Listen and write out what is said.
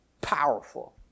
powerful